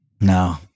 No